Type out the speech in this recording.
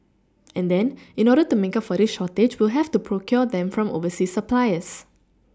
and then in order to make up for this shortage we'll have to procure them from overseas suppliers